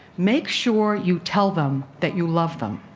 make sure you tell them that you love them.